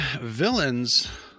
villains